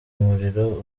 umuriro